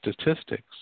statistics